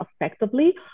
effectively